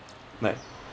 like